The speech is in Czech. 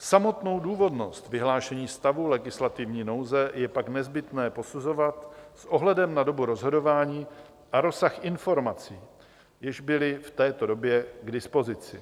Samotnou důvodnost vyhlášení stavu legislativní nouze je pak nezbytné posuzovat s ohledem na dobu rozhodování a rozsah informací, jež byly v této době k dispozici.